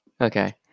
okay